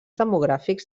demogràfics